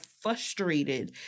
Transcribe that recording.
frustrated